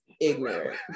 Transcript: ignorant